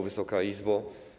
Wysoka Izbo!